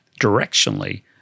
directionally